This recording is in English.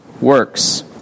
works